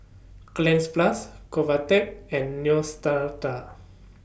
Cleanz Plus Convatec and Neostrata